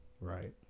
right